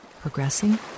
progressing